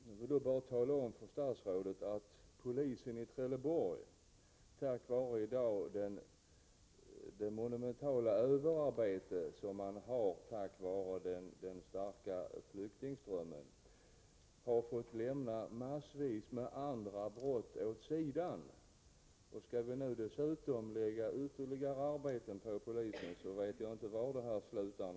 Jag vill då bara tala om för statsrådet att polisen i Trelleborg på grund av den mycket kraftiga arbetsbelastning som den starka flyktingströmmen förorsakar måste lämna massvis med andra brott åt sidan. Skall vi nu dessutom lägga ytterligare arbete på polisen, vet jag inte var detta slutar.